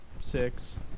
Six